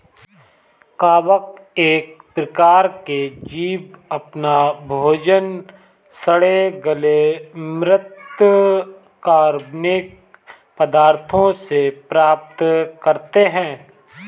कवक एक प्रकार के जीव अपना भोजन सड़े गले म्रृत कार्बनिक पदार्थों से प्राप्त करते हैं